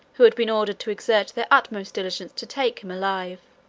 who had been ordered to exert their utmost diligence to take him alive.